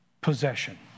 possession